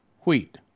Wheat